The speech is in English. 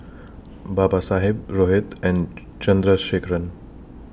Babasaheb Rohit and Chandrasekaran